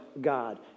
God